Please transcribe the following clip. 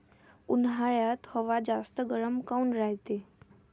उन्हाळ्यात हवा जास्त गरम काऊन रायते?